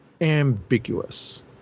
ambiguous